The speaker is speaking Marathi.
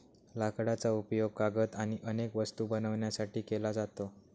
लाकडाचा उपयोग कागद आणि अनेक वस्तू बनवण्यासाठी केला जातो